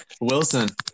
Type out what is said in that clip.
Wilson